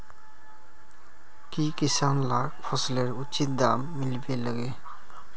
की किसान लाक फसलेर उचित दाम मिलबे लगे?